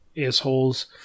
assholes